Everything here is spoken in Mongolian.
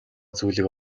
зүйлийг